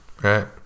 Right